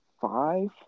five